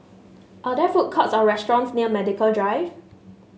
are there food courts or restaurants near Medical Drive